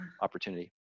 opportunity